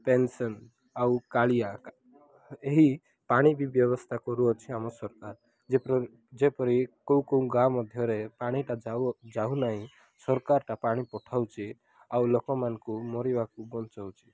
pension ଆଉ କାଳିଆ ଏହି ପାଣି ବି ବ୍ୟବସ୍ଥା କରୁଅଛି ଆମ ସରକାର ଯେପରି କେଉଁ କେଉଁ ଗାଁ ମଧ୍ୟରେ ପାଣିଟା ଯାଉନାହିଁ ସରକାରଟା ପାଣି ପଠାଉଛି ଆଉ ଲୋକମାନଙ୍କୁ ମରିବାକୁ ବଞ୍ଚଉଛି